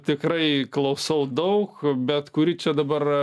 tikrai klausau daug bet kuri čia dabar